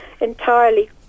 entirely